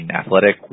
athletic